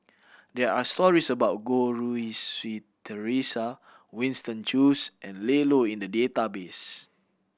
there are stories about Goh Rui Si Theresa Winston Choos and Ian Loy in the database